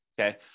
okay